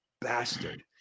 Bastard